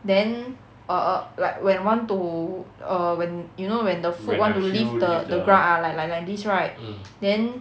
then err err like when want to err when you know when the foot want to leave the the ground ah like like like this right then